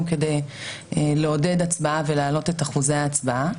כדי לעודד הצבעה ולהעלות את אחוזי ההצבעה.